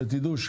שתדעו,